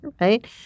right